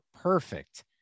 perfect